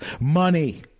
Money